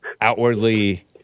outwardly